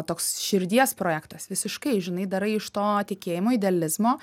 toks širdies projektas visiškai žinai darai iš to tikėjimo idealizmo